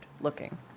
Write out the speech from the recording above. looking